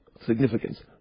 significance